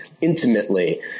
intimately